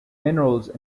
minerals